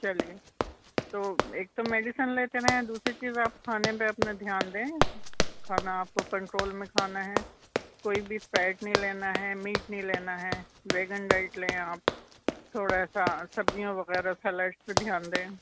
چلیے تو ایک تو میڈیسن لیتے رہے ہیں دوسری چیز آپ کھانے پہ اپنا دھیان دیں کھانا آپ کو کنٹرول میں کھانا ہے کوئی بھی فیٹ نہیں لینا ہے میٹ نہیں لینا ہے ویگن ڈائٹ لیں آپ تھوڑا سا سبزیوں وغیرہ سلیڈس پہ دھیان دیں